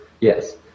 Yes